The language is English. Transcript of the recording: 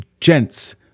gents